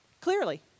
clearly